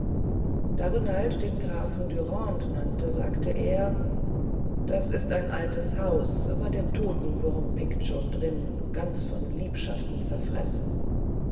da renald den grafen dürande nannte sagte er das ist ein altes haus aber der totenwurm pickt schon drin ganz von liebschaften zerfressen